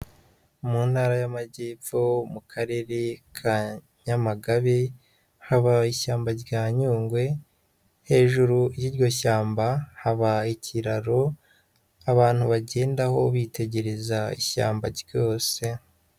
Mu ntara y'amajyepfo, mu karere ka Nyamagabe, haba ishyamba rya Nyungwe, hejuru y'iryo shyamba haba ikiraro abantu bagendaho bitegereza ishyamba ryose.